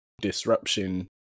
disruption